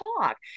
talk